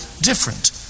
different